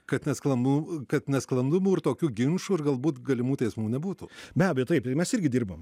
kad nesklandumų kad nesklandumų ir tokių ginčų ir galbūt galimų teismų nebūtų be abejo taip mes irgi dirbam